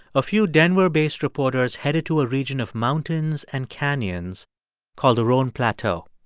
a few denver-based reporters headed to a region of mountains and canyons called the roan plateau.